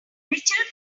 richard